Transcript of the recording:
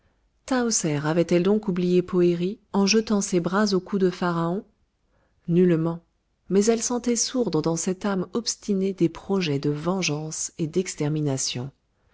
avait-elle donc oublié poëri en jetant ses bras au cou de pharaon nullement mais elle sentait sourdre dans cette âme obstinée des projets de vengeance et d'extermination